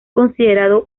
considerado